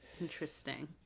Interesting